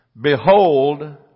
Behold